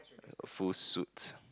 full suit